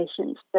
patients